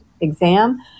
exam